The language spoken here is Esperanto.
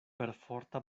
perforta